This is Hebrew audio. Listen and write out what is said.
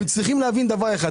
הם צריכים להבין דבר אחד,